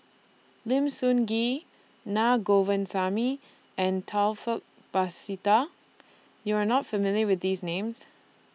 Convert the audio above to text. Lim Sun Gee Naa Govindasamy and Taufik Batisah YOU Are not familiar with These Names